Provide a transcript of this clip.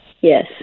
Yes